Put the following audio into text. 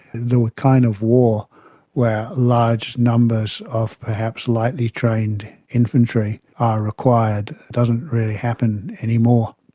the kind of war where large numbers of perhaps lightly trained infantry are required doesn't really happen anymore.